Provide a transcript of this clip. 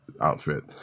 outfit